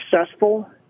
successful